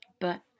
But